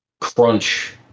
crunch